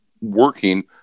working